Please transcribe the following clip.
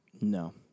No